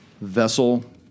vessel